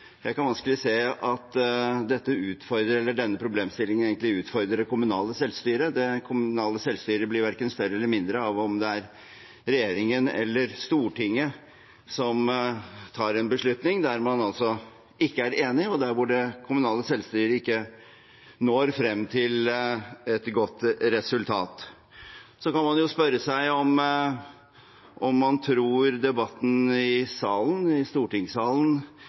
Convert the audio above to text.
Jeg kan vanskelig se at denne problemstillingen egentlig utfordrer det kommunale selvstyret. Det kommunale selvstyret blir verken større eller mindre av om det er regjeringen eller Stortinget som tar en beslutning der man ikke er enig, og der hvor det kommunale selvstyret ikke når frem til et godt resultat. Så kan man jo spørre seg om man tror debatten i stortingssalen i